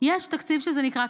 יש תקציב שנקרא,